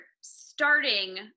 starting